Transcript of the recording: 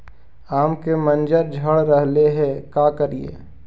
आम के मंजर झड़ रहले हे का करियै?